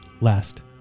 Last